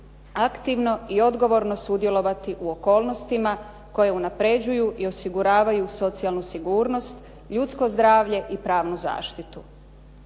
aktivno i odgovorno sudjelovati u okolnosti koje unapređuju i osiguravaju socijalnu sigurnost, ljudsko zdravlje i pravnu zaštitu.